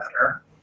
better